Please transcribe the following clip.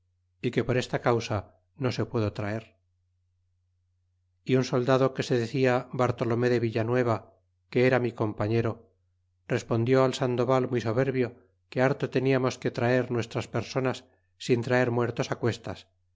y que por esta causa no se pudo traer y un soldado que se decía bartolome de villa nueva que era mi compañero respondió al sandoval muy soberbio que harto teniarnos que traer nuestras personas sin traer muertos cuestas